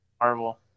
Marvel